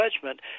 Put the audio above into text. Judgment